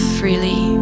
freely